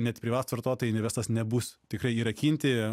net privatūs vartotojai investuos nebus tikrai įrakinti